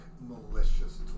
malicious